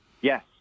Yes